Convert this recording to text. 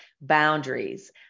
boundaries